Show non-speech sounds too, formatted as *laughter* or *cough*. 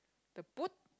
the *noise*